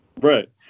right